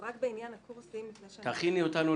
יש הרבה שותפים להצלחה הזו שהתקנות האלה